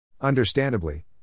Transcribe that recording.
Understandably